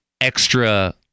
extra